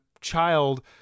child